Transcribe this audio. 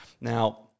Now